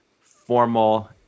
formal